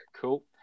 cool